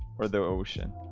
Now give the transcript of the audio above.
or the ocean,